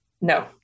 No